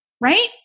right